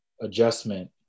adjustment